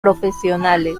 profesionales